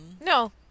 no